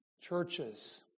Churches